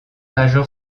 major